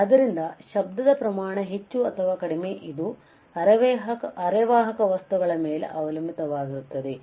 ಆದ್ದರಿಂದ ಶಬ್ದದ ಪ್ರಮಾಣ ಹೆಚ್ಚು ಅಥವಾ ಕಡಿಮೆ ಇದು ಅರೆವಾಹಕ ವಸ್ತುಗಳ ಮೇಲೆ ಅವಲಂಬಿತವಾಗಿರುತ್ತದೆ